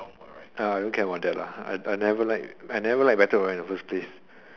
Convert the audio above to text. uh I don't care about that lah I I never liked I never liked battle royale in the first place